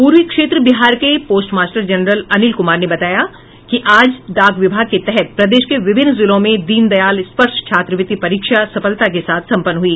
पूर्वी क्षेत्र बिहार के पोस्टमास्टर जेनरल अनिल कुमार ने बताया है कि आज डाक विभाग के तहत प्रदेश के विभिन्न जिलों में दीनदयाल स्पर्श छात्रवृत्ति परीक्षा सफलता के साथ संपन्न हुई